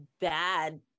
bad